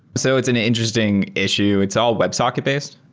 so it's an interesting issue. it's all websocket-based.